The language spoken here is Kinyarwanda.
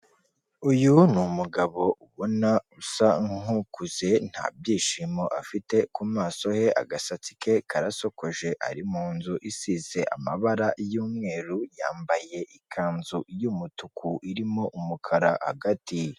Uyu ni umugabo ubona usa nk'ukuze, nta byishimo afite ku maso he, agasatsi ke karasokoje, ari mu nzu isize amabara y'umweru, yambaye ikanzu y'umutuku irimo umukara hagati.